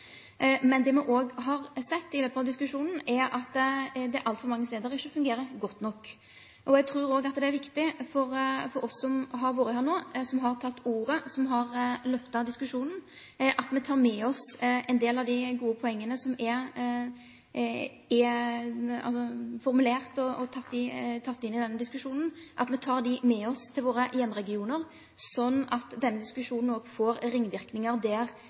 Men det vi også har sett i løpet av diskusjonen, er at det altfor mange steder ikke fungerer godt nok. Jeg tror også det er viktig for oss som har vært her nå og tatt ordet, som har løftet diskusjonen at vi tar med oss en del av de gode poengene som er formulert og tatt inn i denne diskusjonen, til våre hjemregioner, sånn at denne diskusjonen også får ringvirkninger der